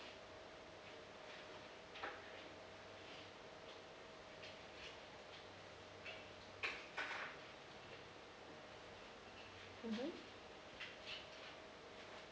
mmhmm